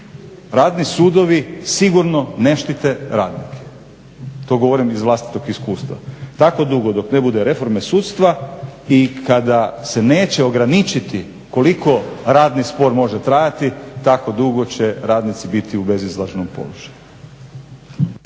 Radni sudovi sigurno ne štite radnike. To govorim iz vlastitog iskustva. Tako dugo dok ne bude reforme sudstva i kada se neće ograničiti koliko radni spor može trajati tako dugo će radnici biti u bezizlaznom položaju.